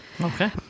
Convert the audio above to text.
Okay